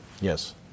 Yes